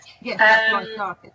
Yes